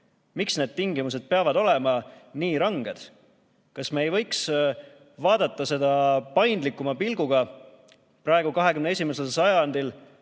Miks need tingimused peavad olema nii ranged? Kas me ei võiks vaadata seda paindlikuma pilguga praegu, 21. sajandil,